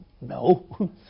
no